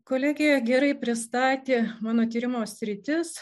kolegė gerai pristatė mano tyrimo sritis